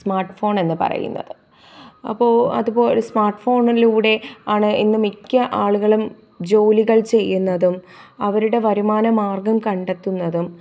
smart ഫോണെന്ന് പറയുന്നത് അപ്പോൾ അതുപോലെ സ്മാർട്ട് ഫോണിലൂടെ ആണ് ഇന്ന് മിക്ക ആളുകളും ജോലികൾ ചെയ്യുന്നതും അവരുടെ വരുമാനമാർഗ്ഗം കണ്ടെത്തുന്നതും